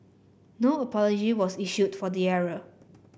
no apology was issued for the error